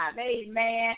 amen